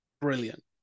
brilliant